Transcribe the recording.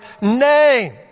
name